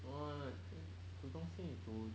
no lah think 煮东西你煮